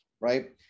right